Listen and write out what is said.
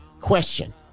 question